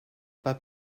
pas